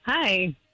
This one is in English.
Hi